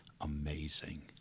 amazing